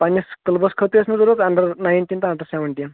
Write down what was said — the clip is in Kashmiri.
پنٛنِس کٕلبَس خٲطرٕ ٲسۍ مےٚ ضوٚرَتھ اَنڈَر نایِنٹیٖن تہٕ اَنڈَر سٮ۪وَنٹیٖن